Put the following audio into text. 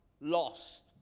lost